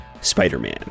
Spider-Man